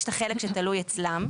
יש את החלק שתלוי אצלם,